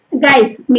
guys